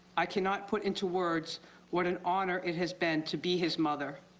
i cannot put into words what an honor it has been to be his mother.